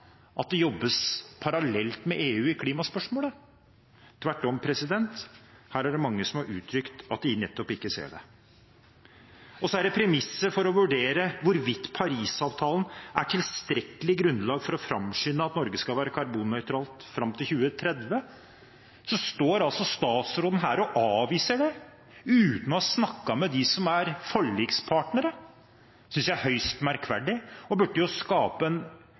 at det jobbes parallelt med EU i klimaspørsmålet. Tvert om, her er det mange som har uttrykt at de nettopp ikke ser det. Og så er det premisset for å vurdere hvorvidt Paris-avtalen er tilstrekkelig grunnlag for å framskynde at Norge skal være karbonnøytralt fram til 2030: At statsråden står her og avviser det uten å ha snakket med dem som er forlikspartnere, synes jeg er høyst merkverdig og burde skape en